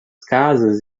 casas